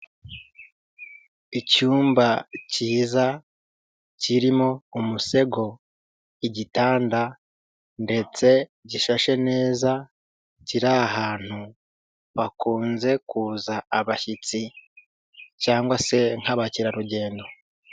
Icyumba cyiza kirimo umusego, igitanda ndetse gishashe neza kiri ahantu bakunze kuza abashyitsi cyangwa se nk'abakerarugendo.